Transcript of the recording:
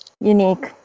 unique